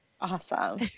Awesome